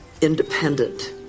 independent